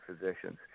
physicians